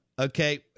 Okay